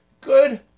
Good